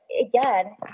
again